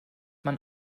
man